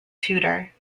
tutor